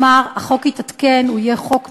כלומר, החוק יתעדכן, הוא יהיה חוק נושם,